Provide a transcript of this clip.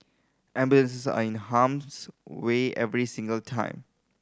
ambulance are in harm's way every single time